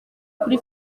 kuri